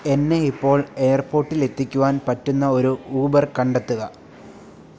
എന്നെ ഇപ്പോൾ എയർപോർട്ടിൽ എത്തിക്കുവാൻ പറ്റുന്ന ഒരു ഊബർ കണ്ടെത്തുക